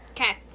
okay